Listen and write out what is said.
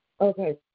okay